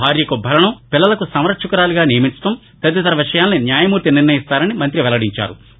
భార్యకు భరణం పిల్లలకు సంరక్షకురాలిగా నియమించడం తదితర విషయాలను న్యాయమూర్తి నిర్ణయిస్తారని మంత్రి వెల్లడిచేశారు